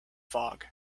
fog